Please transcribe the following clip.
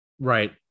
Right